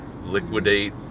liquidate